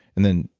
and then,